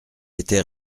était